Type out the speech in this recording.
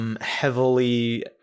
Heavily